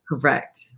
correct